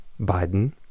Biden